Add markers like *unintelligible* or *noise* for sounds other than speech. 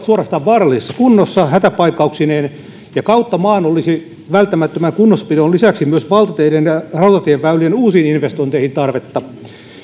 *unintelligible* suorastaan vaarallisessa kunnossa hätäpaikkauksineen ja kautta maan olisi välttämättömän kunnossapidon lisäksi myös valtateiden ja rautatieväylien uusiin investointeihin tarvetta